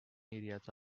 areas